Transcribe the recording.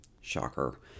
Shocker